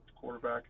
quarterback